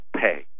pay